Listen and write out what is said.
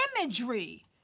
imagery